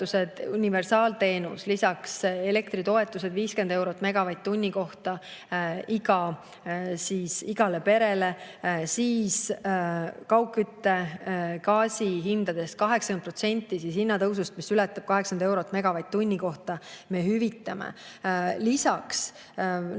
universaalteenus, lisaks elektritoetused 50 eurot megavatt-tunni kohta igale perele. Siis kaugkütte, gaasi hindade puhul 80% hinnatõusust, mis ületab 80 eurot megavatt-tunni kohta, me hüvitame. Lisaks, nagu